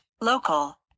local